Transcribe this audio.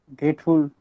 grateful